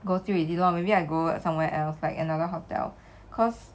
go through already lor maybe I go somewhere else like another hotel cause